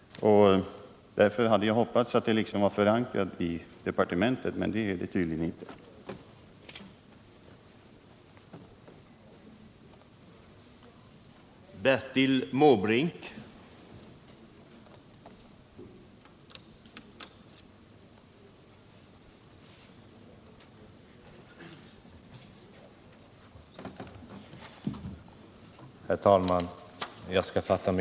Därför hade jag hoppats att — riksplaneringen för löftet skulle vara liksom förankrat i departementet, men det är det tyd — vattendrag i norra ligen inte. Svealand och Norrland